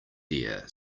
ear